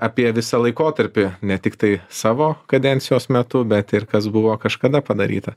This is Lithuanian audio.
apie visą laikotarpį ne tiktai savo kadencijos metu bet ir kas buvo kažkada padaryta